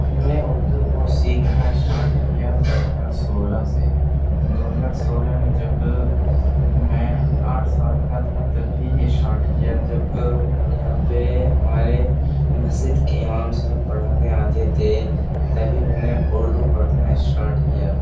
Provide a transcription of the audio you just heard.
ہم نے اردو کو سیکھنا اسٹارٹ کیا دو ہزار سولہ سے دو ہزار سولہ میں جب میں آٹھ سال کا تھا تبھی اسٹارٹ کیا جب یہاں پہ ہمارے مسجد کے امام صاحب پڑھانے آتے تھے تبھی میں نے اردو پڑھنا اسٹارٹ کیا